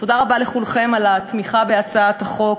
תודה רבה לכולכם על התמיכה בהצעת החוק.